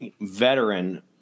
veteran